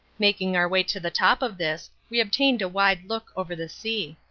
making our way to the top of this we obtained a wide look over the sea.